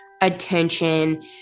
attention